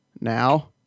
now